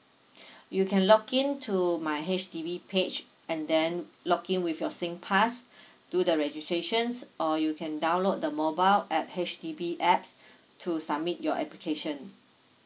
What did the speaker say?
you can login to my H_D_B page and then login with your singpass do the registrations or you can download the mobile at H_D_B apps to submit your application